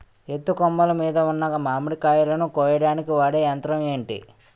ఎత్తు కొమ్మలు మీద ఉన్న మామిడికాయలును కోయడానికి వాడే యంత్రం ఎంటి?